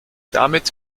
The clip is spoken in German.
damit